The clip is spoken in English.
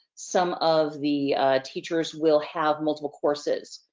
some of the teachers will have multiple courses,